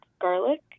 garlic